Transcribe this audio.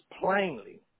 plainly